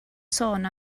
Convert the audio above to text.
sôn